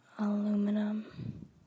Aluminum